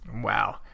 Wow